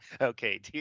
okay